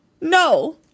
No